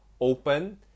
open